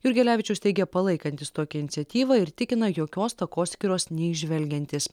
jurgelevičius teigė palaikantis tokią iniciatyvą ir tikina jokios takoskyros neįžvelgiantis